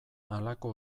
halako